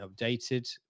updated